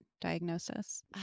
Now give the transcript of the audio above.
diagnosis